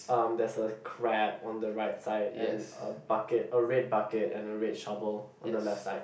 um there is a crab on the right side and a bucket a red bucket and a red shovel on the left side